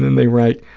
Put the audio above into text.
they write,